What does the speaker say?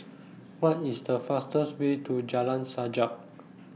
What IS The fastest Way to Jalan Sajak